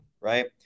right